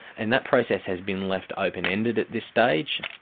and that process has been left open-ended at this stage.